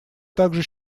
также